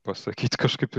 pasakyt kažkaip